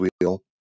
wheel